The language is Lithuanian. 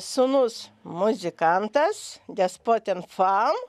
sūnus muzikantas despotin fam